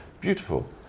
beautiful